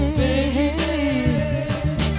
baby